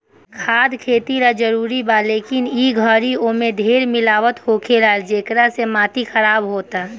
खाद खेती ला जरूरी बा, लेकिन ए घरी ओमे ढेर मिलावट होखेला, जेकरा से माटी खराब होता